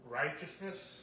righteousness